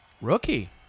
Rookie